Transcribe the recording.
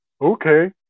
Okay